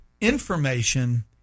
information